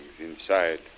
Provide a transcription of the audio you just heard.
inside